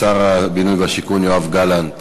שר הבינוי והשיכון יואב גלנט